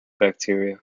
bacteria